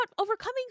overcoming